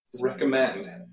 Recommend